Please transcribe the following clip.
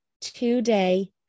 today